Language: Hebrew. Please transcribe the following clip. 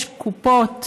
יש קופות